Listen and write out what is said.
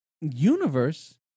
universe